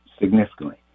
significantly